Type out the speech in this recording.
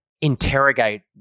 interrogate